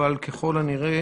אבל ככל הנראה